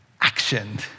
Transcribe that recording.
action